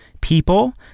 people